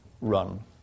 run